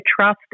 trust